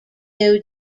new